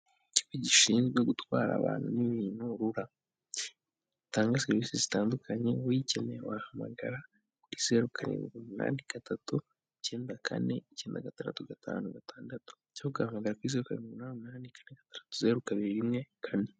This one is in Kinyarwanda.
Ikigo gishinzwe gutwara abantu n'ibintu RURA, gitanga serivisi zitandukanye aho uyikeneye, wahamagara kuri zeru, karindwi, umunani gatatu, icyenda kane, icyenda gatandatu gatanu gatandatu, cyangwa ugahamagara kuri zeru karindwi umunani umunani, kane gatandatu zeru kabiri rimwe, kane .